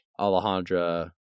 Alejandra